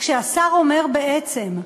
כשהשר אומר, בעצם,